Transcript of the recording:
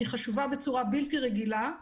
היא חשובה בצורה בלתי רגילה.